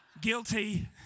Guilty